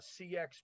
CX